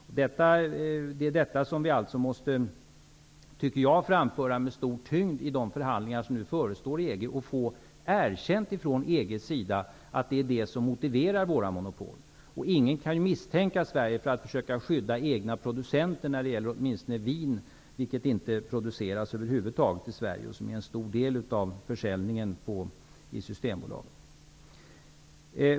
Jag tycker att vi måste framföra detta med stor tyngd i de förhandlingar med EG som nu förestår och få erkännande från EG:s sida att det är det som motiverar våra monopol. Ingen kan ju misstänka Sverige för att försöka skydda egna producenter, åtminstone inte när det gäller vin, vilket över huvud taget inte produceras i Sverige och som utgör en stor del av försäljningen i Systembolaget.